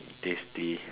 tasty